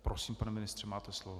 Prosím, pane ministře, máte slovo.